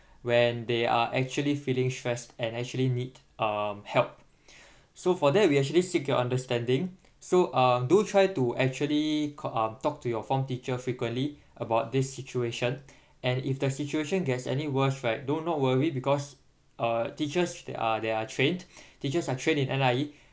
when they are actually feeling stressed and actually need um help so for that we actually seek your understanding so um do try to actually ca~ um talk to your form teacher frequently about this situation and if the situation gets any worse right do not worried because uh teachers are they are trained teachers are trained in N_I_E